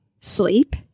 sleep